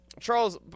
charles